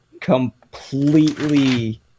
completely